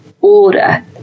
order